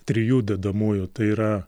trijų dedamųjų tai yra